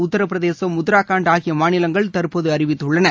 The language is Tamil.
உத்தரப் பிரதேம் உத்தரகாண்ட் ஆகிய மாநிலங்கள் தற்போது அறிவித்துள்ளன